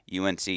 UNC